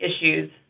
issues